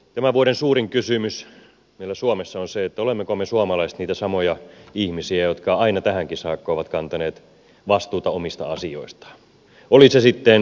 tämän vuoden suurin kysymys meillä suomessa on se olemmeko me suomalaiset niitä samoja ihmisiä jotka aina tähänkin saakka ovat kantaneet vastuuta omista asioistaan oli se sitten helppoa tai vaikeata